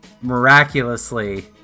miraculously